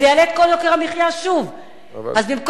זה יעלה את כל יוקר המחיה שוב.